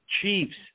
Chiefs